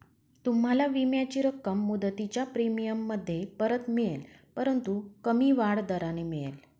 तुम्हाला विम्याची रक्कम मुदतीच्या प्रीमियममध्ये परत मिळेल परंतु कमी वाढ दराने मिळेल